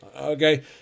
okay